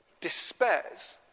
despairs